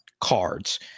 cards